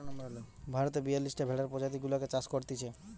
ভারতে বিয়াল্লিশটা ভেড়ার প্রজাতি গুলাকে চাষ করতিছে